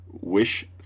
Wish